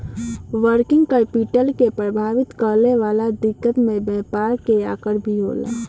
working capital के प्रभावित करे वाला दिकत में व्यापार के आकर भी होला